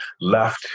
left